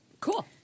cool